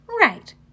Right